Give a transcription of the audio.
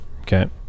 Okay